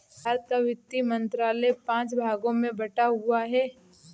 भारत का वित्त मंत्रालय पांच भागों में बटा हुआ है